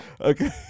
Okay